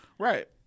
Right